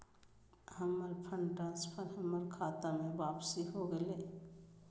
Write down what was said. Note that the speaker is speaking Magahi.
हमर फंड ट्रांसफर हमर खता में वापसी हो गेलय